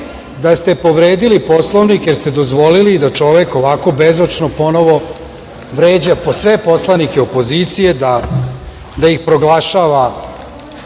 da ste povredili Poslovnik jer ste dozvolili da čovek ovako bezočno ponovo vređa sve poslanike opozicije, da ih proglašava